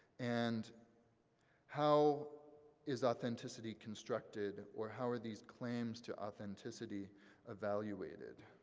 and how is authenticity constructed, or how are these claims to authenticity evaluated?